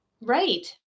Right